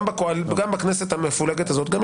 גם בכנסת המפולגת הזאת.